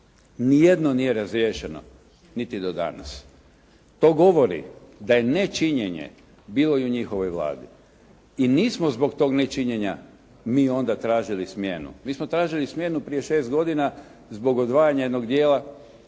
Ni jedno nije razriješeno niti do danas. To govori da je nečinjenje bilo i u njihovoj Vladi i nismo zbog tog nečinjenja mi onda tražili smjenu. Mi smo tražili smjenu prije 6 godina zbog odvajanja jednog dijela,